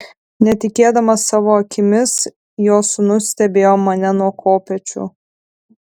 netikėdamas savo akimis jo sūnus stebėjo mane nuo kopėčių